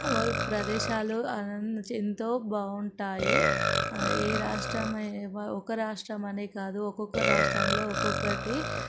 వల్ ప్రదేశాలు ఆ నుంచి ఎంతో బాగుంటాయి ఏ రాష్ట్రమైనా ఒక రాష్ట్రమనే కాదు ఒక్కొక్క రాష్ట్రంలో ఒక్కొక్కటి